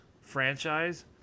franchise